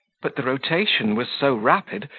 but the rotation was so rapid,